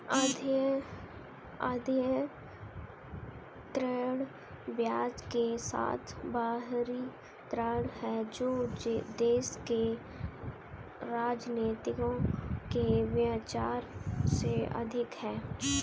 अदेय ऋण ब्याज के साथ बाहरी ऋण है जो देश के राजनेताओं के विचार से अधिक है